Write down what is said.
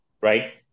right